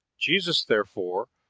jesus, therefore,